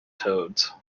toads